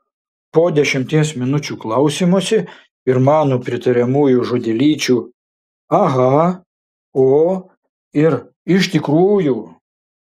po dešimties minučių klausymosi ir mano pritariamųjų žodelyčių aha o ir iš tikrųjų